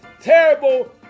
terrible